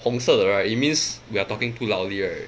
红色的 right it means we are talking too loudly right